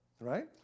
Right